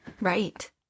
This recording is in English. right